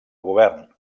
govern